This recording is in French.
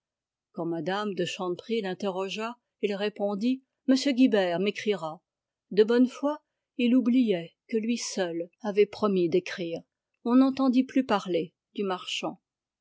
quand mme de chanteprie l'interrogea il répondit m guilbert m'écrira de bonne foi il oubliait que lui seul avait promis d'écrire on n'entendit plus parler du marchand